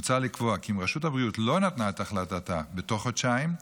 מוצע לקבוע כי אם רשות הבריאות לא נתנה את החלטתה בתוך חודשיים,